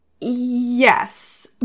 Yes